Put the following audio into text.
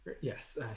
Yes